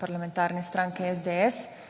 parlamentarne stranke SDS